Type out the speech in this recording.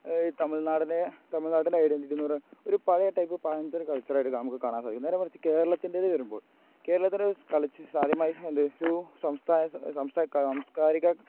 ഈ തമഴ്നാടിനെ തമിഴ്നാടിൻ്റെ ഐഡൻ്റിറ്റി എന്ന് പറഞ്ഞാൽ ഒരു പഴയ ടൈപ്പ് പഴഞ്ചൻ ഒരു കൾച്ചറായിട്ട് നമുക്ക് കാണാൻ സധിക്കും നേരെ മറിച്ചു കേരളത്തിൻ്റേത് വരുമ്പോൾ കേരളത്തിൻ്റെ സാംസ്കാരിക